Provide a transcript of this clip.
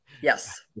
Yes